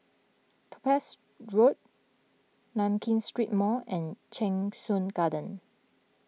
Topaz Road Nankin Street Mall and Cheng Soon Garden